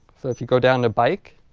if you go down to bike